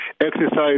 exercise